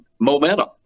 momentum